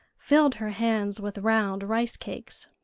filled her hands with round rice-cakes.